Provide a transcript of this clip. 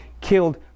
killed